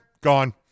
Gone